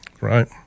Right